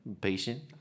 patient